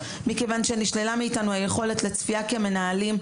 מכיוון שנשללה מאיתנו היכולת לצפייה כמנהלים,